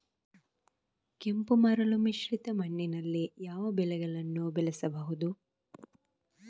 ಕೆಂಪು ಮರಳು ಮಿಶ್ರಿತ ಮಣ್ಣಿನಲ್ಲಿ ಯಾವ ಬೆಳೆಗಳನ್ನು ಬೆಳೆಸಬಹುದು?